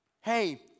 hey